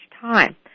time